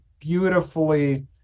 beautifully-